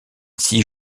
six